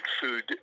Food